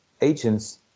agents